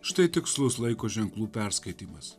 štai tikslus laiko ženklų perskaitymas